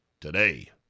today